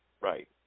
Right